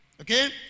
Okay